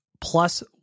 plus